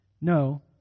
no